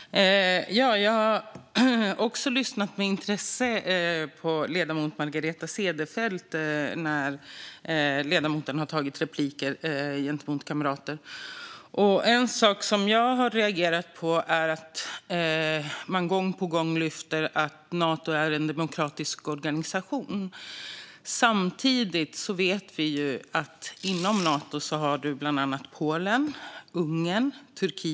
Fru talman! Jag har också lyssnat med intresse på ledamoten Margareta Cederfelt när hon har tagit repliker gentemot kamrater. En sak som jag har reagerat på är att det gång på gång lyfts fram att Nato är en demokratisk organisation. Samtidigt vet vi att i Nato finns länder som Polen, Ungern och Turkiet.